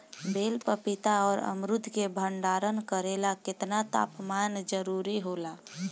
बेल पपीता और अमरुद के भंडारण करेला केतना तापमान जरुरी होला?